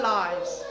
lives